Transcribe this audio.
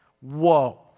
Whoa